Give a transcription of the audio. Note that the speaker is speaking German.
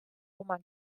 oma